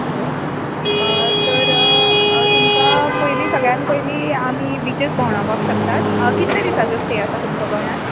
okay तर तुमकां पयलीं सगळ्यांत पयलीं आमी बिचीस भोंवडावपाक शकतात कितले दिसाचो स्टे आसा तुमचो गोंयान